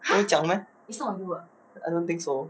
我有讲 meh I don't think so